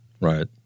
Right